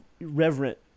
Reverent